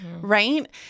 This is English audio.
right